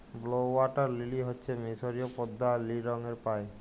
blue water lily হচ্যে মিসরীয় পদ্দা লিল রঙের পায়